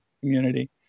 community